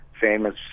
famous